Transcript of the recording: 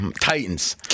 Titans